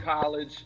college